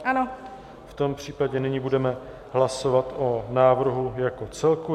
V tom případě nyní budeme hlasovat o návrhu jako celku.